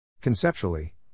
Conceptually